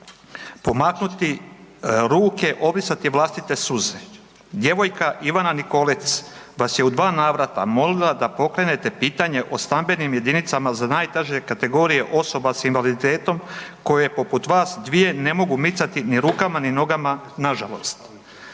pomaknuti ruke, obrisati vlastite suze. Djevojka Ivana Nikolec vas je u dva navrata molila da pokrenete pitanje o stambenim jedinicama za najteže kategorije osoba s invaliditetom koje poput vas dvije ne mogu micati ni rukama ni nogama nažalost.